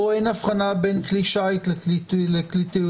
פה אין אבחנה בין כלי שיט לכלי תעופה.